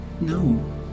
No